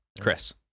Chris